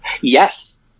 Yes